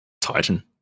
Titan